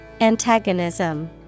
Antagonism